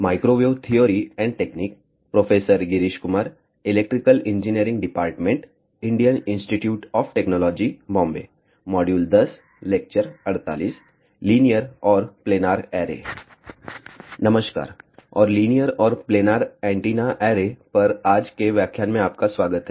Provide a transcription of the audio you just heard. नमस्कार और लीनियर और प्लेनार एंटीना ऐरे पर आज के व्याख्यान में आपका स्वागत है